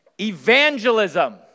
Evangelism